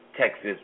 Texas